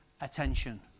attention